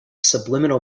subliminal